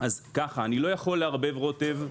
אני לא יכול לערבב רוטב,